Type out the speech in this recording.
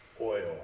oil